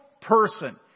person